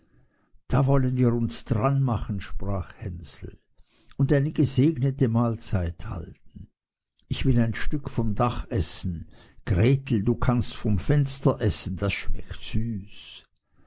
da wollen wir uns dran machen sprach hänsel und eine gesegnete mahlzeit halten ich will ein stück vom dach essen gretel du kannst vom fenster essen das schmeckt süß